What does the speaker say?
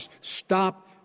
Stop